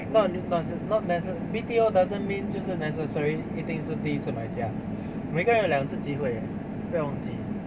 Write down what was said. not li~ not necess~ B_T_O doesn't mean 就是 necessary 一定是第一次买家每个人有两次机会的不用急